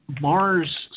Mars